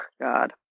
God